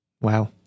Wow